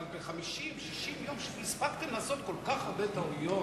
אבל ב-50 60 יום הספקתם לעשות כל כך הרבה טעויות.